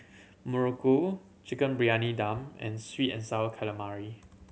Muruku Chicken Briyani Dum and sweet and Sour Calamari